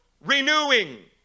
renewing